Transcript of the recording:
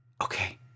Okay